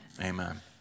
amen